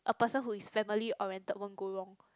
a person who is family oriented won't go wrong